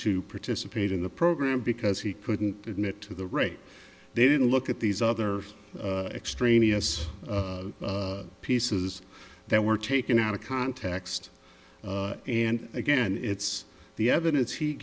to participate in the program because he couldn't admit to the rate they didn't look at these other extraneous pieces that were taken out of context and again it's the evidence he